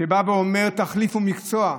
בא ואומר: תחליפו מקצוע,